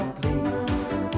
please